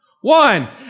One